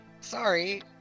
sorry